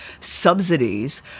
subsidies